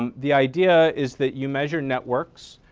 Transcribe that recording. um the idea is that you measure networks.